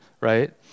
right